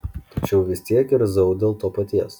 tačiau vis tiek irzau dėl to paties